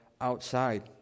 outside